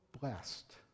blessed